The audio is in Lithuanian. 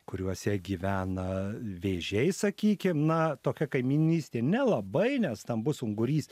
kuriuose gyvena vėžiai sakykim na tokia kaimynystė nelabai nes stambus ungurys